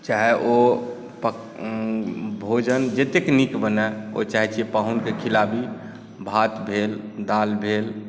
चाहे ओ भोजन जतेक नीक बनय ओ चाहैत छियै पाहुनकेँ खिलाबी भात भेल दालि भेल